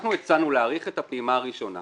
אנחנו הצענו להאריך את הפעימה הראשונה